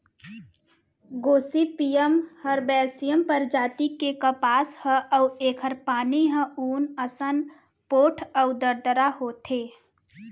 Gossypium हरबैसियम परजाति के कपसा ह अउ एखर पोनी ह ऊन असन पोठ अउ दरदरा होथे